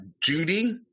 Judy